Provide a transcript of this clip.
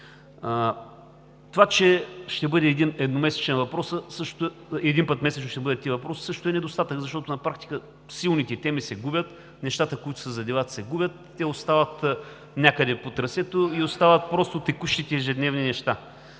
Това, че ще бъдат един път месечно тези въпроси, също е недостатък, защото на практика силните теми се губят, нещата, които са за дебат се губят, те остават някъде по трасето и остават просто текущите, ежедневни неща.